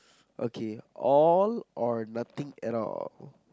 okay all or nothing at all